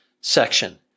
section